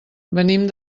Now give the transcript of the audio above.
venim